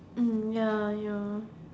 ya you know